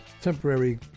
temporary